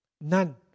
None